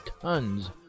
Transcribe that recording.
tons